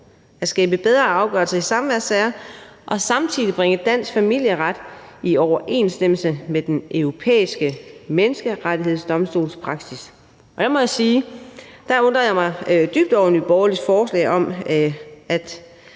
at skabe bedre afgørelser i samværssager og samtidig bringe dansk familieret i overensstemmelse med Den Europæiske Menneskerettighedsdomstols praksis. Der må jeg sige, at jeg undrer mig dybt over Nye Borgerliges forslag om,